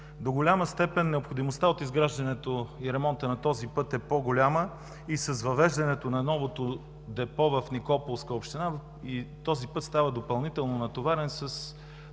До голяма степен необходимостта от изграждането и ремонта на този път е по-голяма с въвеждането на новото депо в Никополска община, той става допълнително натоварен и